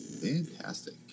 Fantastic